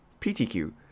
PTQ